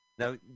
Now